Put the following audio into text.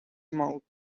mouth